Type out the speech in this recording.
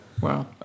wow